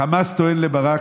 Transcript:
החמאס טוען לברק,